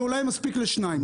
זה אולי מספיק לשניים.